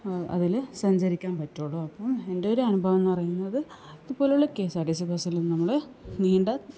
അതില് സഞ്ചരിക്കാൻ പറ്റുകയുള്ളൂ അപ്പോള് എൻ്റെ ഒരു അനുഭവം എന്ന് പറയുന്നത് ഇതുപോലുള്ള K S R T C ബസ്സിലൊന്നും നമ്മള് നീണ്ട